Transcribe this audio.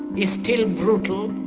is still brutal,